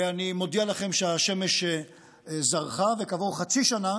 ואני מודיע לכם שהשמש זרחה, וכעבור חצי שנה